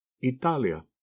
Italia